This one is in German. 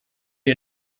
die